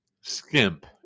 skimp